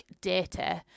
data